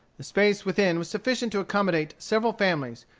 the space within was sufficient to accommodate several families,